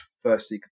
Firstly